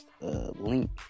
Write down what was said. link